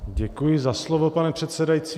Děkuji za slovo, pane předsedající.